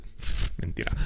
Mentira